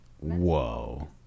whoa